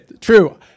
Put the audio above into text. true